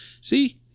see